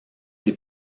des